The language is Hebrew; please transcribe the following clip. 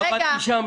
אתמול עברתי שם,